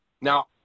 now